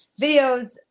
videos